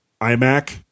iMac